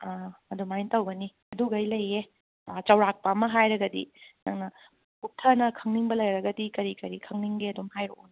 ꯑꯥ ꯑꯗꯨꯃꯥꯏꯅ ꯇꯧꯒꯅꯤ ꯑꯗꯨꯒꯩ ꯂꯩꯌꯦ ꯆꯥꯎꯔꯛꯄ ꯑꯃ ꯍꯥꯏꯔꯒꯗꯤ ꯅꯪꯅ ꯀꯨꯞꯊꯅ ꯈꯪꯅꯤꯡꯕ ꯂꯩꯔꯒꯗꯤ ꯀꯔꯤ ꯀꯔꯤ ꯈꯪꯅꯤꯡꯒꯦ ꯑꯗꯨꯝ ꯍꯥꯏꯔꯛꯑꯣꯅꯦ